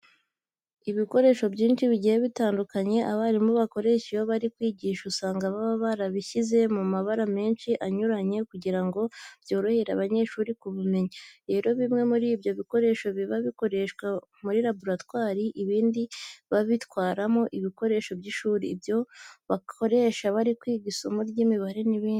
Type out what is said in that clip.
Ibikoresho byinshi bigiye bitandukanye abarimu bakoresha iyo bari kwigisha usanga baba barabishyize mu mabara menshi anyuranye kugira ngo byorohere abanyeshuri kubimenya. Rero bimwe muri ibyo bikoresho biba bikoreshwa muri laboratwari, ibindi babitwaramo ibikoresho by'ishuri, ibyo bakoresha bari kwiga isomo ry'imibare n'ibindi.